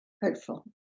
hurtful